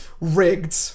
rigged